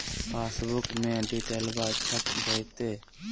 पासबुका में डिटेल्बा छप जयते?